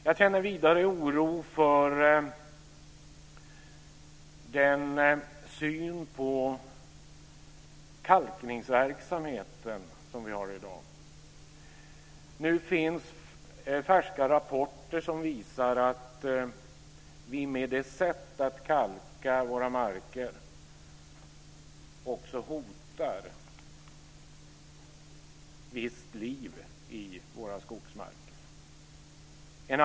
Jag känner vidare oro för den syn på kalkningsverksamheten som vi har i dag. Nu finns färska rapporter som visar att vi med sättet att kalka våra marker också hotar visst liv i våra skogsmarker.